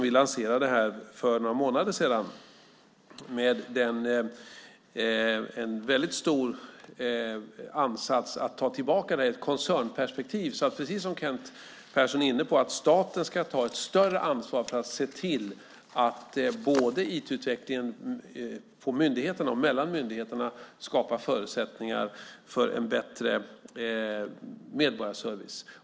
Vi lanserade den för några månader sedan med en väldigt stor ansats att ta tillbaka detta i ett koncernperspektiv så att staten, precis som Kent Persson är inne på, ska ta ett större ansvar för att se till att både IT-utvecklingen på myndigheterna och mellan myndigheterna skapar förutsättningar för en bättre medborgarservice.